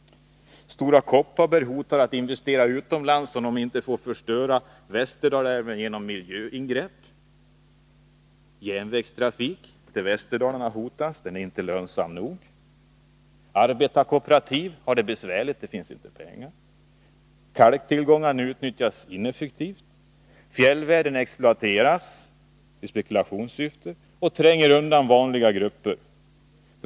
Stora Kopparberg hotar att investera utomlands, om företaget inte får förstöra Västerdalälven genom miljöingrepp. Järnvägstrafiken till Västerdalarna hotas — den är inte lönsam nog. Arbetarkooperativ har det besvärligt — det finns inte pengar. Kalktillgångarna utnyttjas ineffektivt. Fjällvärlden exploateras i spekulationssyfte, varvid vanliga grupper trängs undan.